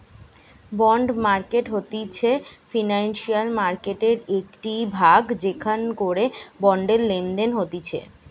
bond market হতিছে financial মার্কেটের একটিই ভাগ যেখান করে বন্ডের লেনদেন হতিছে